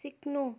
सिक्नु